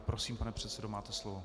Prosím, pane předsedo, máte slovo.